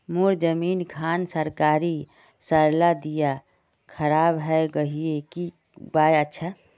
मोर जमीन खान सरकारी सरला दीया खराब है गहिये की उपाय अच्छा?